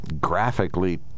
graphically